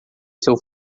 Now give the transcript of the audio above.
seu